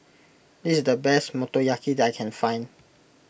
this is the best Motoyaki that I can find